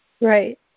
Right